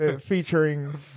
featuring